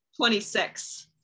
26